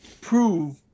prove